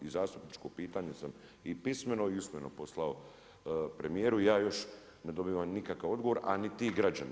I zastupničko pitanje sam i pismeno i usmeno poslao premijeru i ja još ne dobivam nikakav odgovor, a ni ti građani.